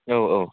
औ औ